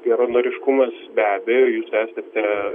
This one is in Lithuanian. geranoriškumas be abejo jūs esate